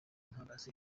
mpagaze